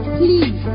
please